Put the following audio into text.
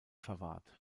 verwahrt